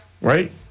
right